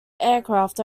aircraft